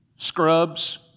Scrubs